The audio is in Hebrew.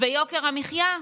ויוקר המחיה,